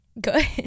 Good